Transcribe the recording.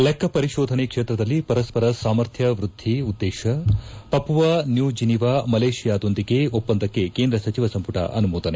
ಲೆಕ್ಕಪರಿಶೋಧನೆ ಕ್ಷೇತ್ರದಲ್ಲಿ ಪರಸ್ಪರ ಸಾಮರ್ಥ್ಯ ವೃದ್ದಿ ಉದ್ದೇಶ ಪಪುವ ನ್ಯೂ ಜಿನೀವ ಮಲೇಷಿಯಾದೊಂದಿಗೆ ಒಪ್ಪಂದಕ್ಕೆ ಕೇಂದ್ರ ಸಚಿವ ಸಂಪುಟ ಅನುಮೋದನೆ